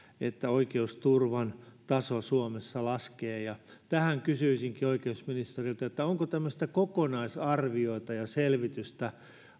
että oikeusturvan taso suomessa laskee kysyisinkin oikeusministeriltä onko mahdollisesti tulossa tämmöistä kokonaisarviota ja selvitystä